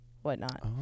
whatnot